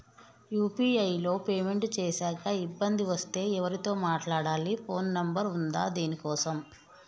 UPI లో payment చేశాక ఇబ్బంది వస్తే ఎవరితో మాట్లాడాలి? ఫోన్ నంబర్ ఉందా దీనికోసం?